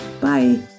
bye